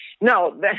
No